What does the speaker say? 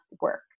work